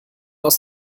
aus